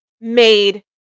made